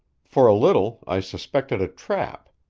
for a little i suspected a trap,